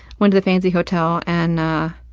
went to the fancy hotel and, ah,